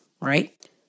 right